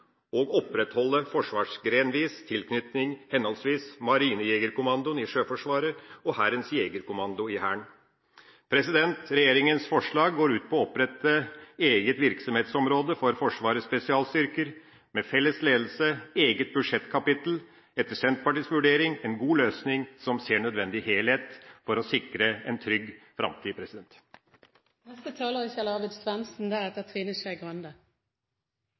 skal opprettholde forsvarsgrenvis tilknytning, henholdsvis Marinejegerkommandoen i Sjøforsvaret og Hærens Jegerkommando i Hæren. Regjeringens forslag går ut på å opprette eget virksomhetsområde for Forsvarets spesialstyrker med felles ledelse og eget budsjettkapittel – etter Senterpartiets mening en god løsning som ser en nødvendig helhet for å sikre en trygg framtid. Utenriks- og forsvarskomiteen har valgt å dele opp behandlingen av Prop. 136 S for 2012–2013 i